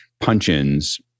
punch-ins